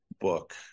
book